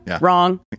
wrong